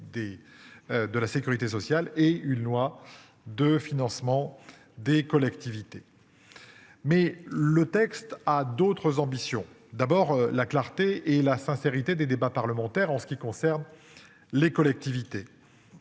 De la sécurité sociale et une loi de financement des collectivités. Mais le texte a d'autres ambitions, d'abord la clarté et la sincérité des débats parlementaires en ce qui concerne. Les collectivités.